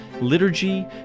liturgy